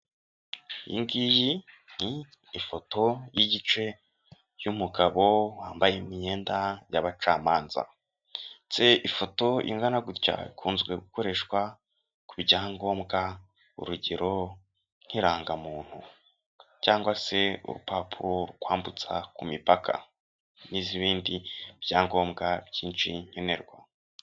Iyi ngiyi ni ifoto y'igice, y'umugabo wambaye imyenda y'abacamanza ndetse ifoto ingana gutya, ikunze gukoreshwa ku byangombwa urugero nk'irangamuntu cyangwa se urupapuro rukwambutsa ku mipaka n'ibindi byangombwa byinshi nkenerwa.